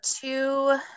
two